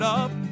up